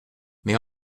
mais